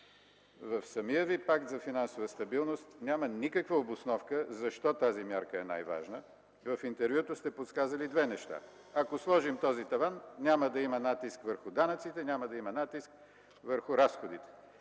В самия Ви Пакт за финансова стабилност няма никаква обосновка защо тази мярка е най-важна. В интервюто сте подсказали две неща: ако сложим този таван, няма да има натиск върху данъците, няма да има натиск върху разходите,